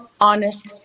honest